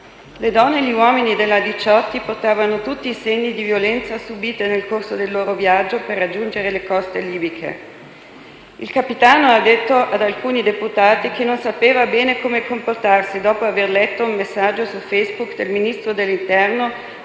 Le donne e gli uomini della Diciotti portavano tutti i segni di violenza subita nel corso del loro viaggio per raggiungere le coste libiche. Il capitano ha detto ad alcuni deputati che non sapeva bene come comportarsi dopo aver letto un messaggio su Facebook del Ministro dell'interno